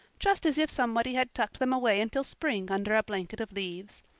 just as if somebody had tucked them away until spring under a blanket of leaves.